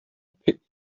picked